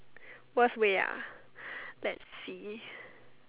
worst way ah let's see